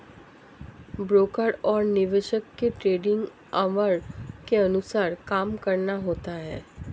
broker और निवेशक को ट्रेडिंग ऑवर के अनुसार काम करना होता है